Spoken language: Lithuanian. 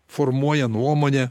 formuoja nuomonę